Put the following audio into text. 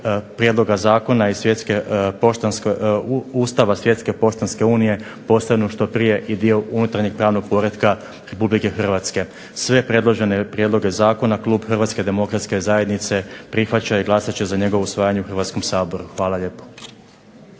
prijedloga zakona i Ustava Svjetske poštanske unije postanu što prije i dio unutarnjeg pravnog poretka Republike Hrvatske. Sve predložene prijedloge zakona klub Hrvatske demokratske zajednice prihvaća i glasat će za njegovo usvajanje u Hrvatskom saboru. Hvala lijepo.